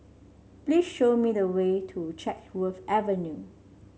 please show me the way to Chatsworth Avenue